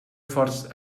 forts